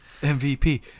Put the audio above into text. MVP